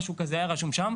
משהו כזה היה כתוב שם,